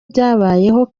byabayeho